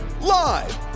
Live